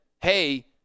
hey